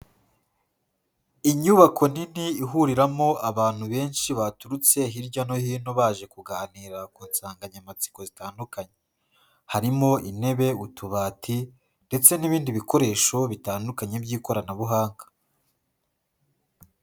Inyubako nini ihuriramo abantu benshi baturutse hirya no hino baje kuganira ku nsanganyamatsiko zitandukanye, harimo intebe, utubati ndetse n'ibindi bikoresho bitandukanye by'ikoranabuhanga.